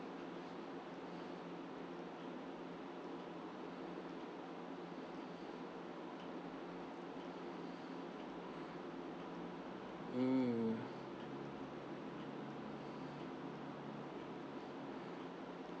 mm